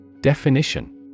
Definition